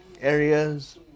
areas